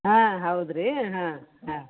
ಹಾಂ ಹೌದಾ ರೀ ಹಾಂ ಹಾಂ